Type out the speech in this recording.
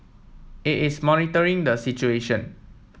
it is monitoring the situation